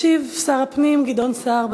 ישיב שר הפנים גדעון סער.